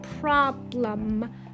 problem